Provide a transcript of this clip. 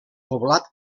poblat